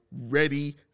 ready